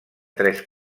tres